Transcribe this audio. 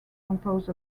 composed